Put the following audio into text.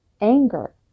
anger